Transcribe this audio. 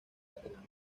garganta